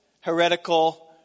heretical